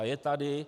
Je tady.